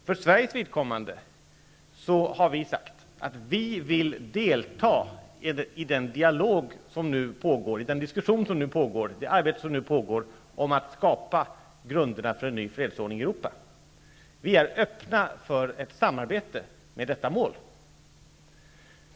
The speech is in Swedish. För Sveriges vidkommande har vi sagt att vi vill delta i den diskussion och i det arbete som nu pågår om att skapa grunderna för en ny fredsordning i Europa. Vi är öppna för ett samarbete med detta mål.